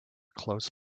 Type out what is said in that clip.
close